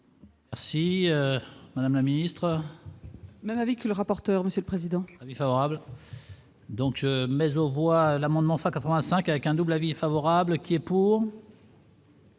Merci madame la ministre. Même avec le rapporteur, Monsieur le Président. Avis favorable. Donc, mais aux voix l'amendement 185 avec un double avis favorable qui est pour.